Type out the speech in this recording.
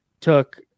took